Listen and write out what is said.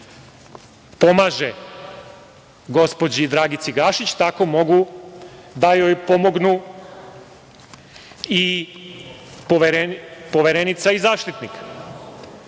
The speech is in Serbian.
pomaže gospođi Dragici Gašić tako mogu da joj pomognu i Poverenica i Zaštitnik